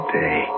day